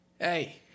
Hey